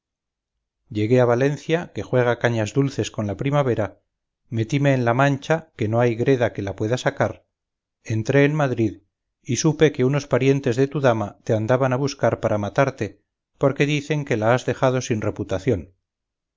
llegué a valencia que juega cañas dulces con la primavera metíme en la mancha que no hay greda que la pueda sacar entré en madrid y supe que unos parientes de tu dama te andaban a buscar para matarte porque dicen que la has dejado sin reputación